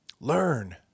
Learn